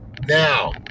Now